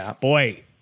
boy